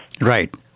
Right